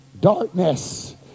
darkness